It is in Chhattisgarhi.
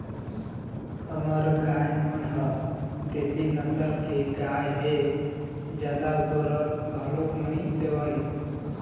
हमर गाय मन ह देशी नसल के गाय हे जादा गोरस घलोक नइ देवय